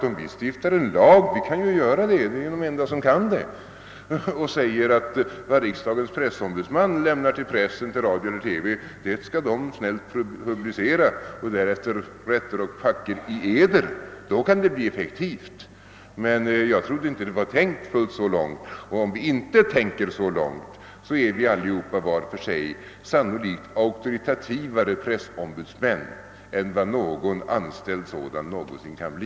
Om vi stiftar en lag — vi kan göra det; vi är de enda som kan det — som föreskriver att vad riksdagens pressombudsman lämnar till pressen eller till radio och TV snällt skall publiceras och därefter rätter och packer I Eder, då kan det bli effektivt. Men jag trodde inte att det var tänkt så långt. Och om vi inte tänker så långt, är vi allihopa var för sig sannolikt auktoritativare pressombudsmän än vad någon anställd någonsin kan bli.